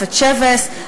תוספת שבס,